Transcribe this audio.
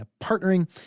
partnering